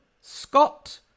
Scott